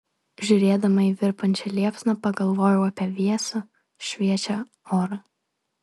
žiūrėdama į virpančią liepsną pagalvojau apie vėsų šviežią orą